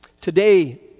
Today